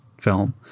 film